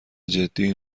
جدی